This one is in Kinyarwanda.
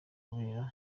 kubera